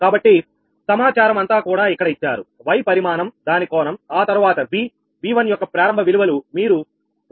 కాబట్టి సమాచారం అంతా కూడా ఇక్కడ ఇచ్చారు Y పరిమాణందాని కోణం ఆతరువాత VV1 యొక్క ప్రారంభ విలువలు మీరు 1